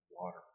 water